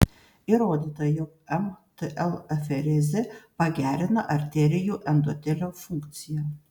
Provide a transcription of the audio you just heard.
įrodyta jog mtl aferezė pagerina arterijų endotelio funkciją